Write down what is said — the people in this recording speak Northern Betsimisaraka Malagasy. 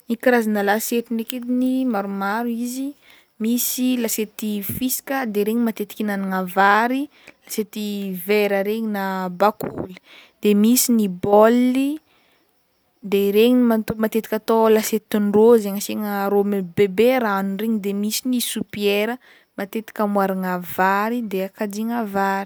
Ny karazagna lasiety ndraiky ediny misy lasiety fiasaka de regny matetiky ihinanagna vary, lasiety vera regny na bakoly, de misy ny baoly de regny mat- matetika atao lasietin-drô zaigny asiagna rô me- bebe ranonyregny de misy sopiera matetika amoaragna vary de ankajiagna vary.